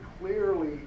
clearly